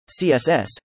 CSS